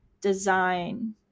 design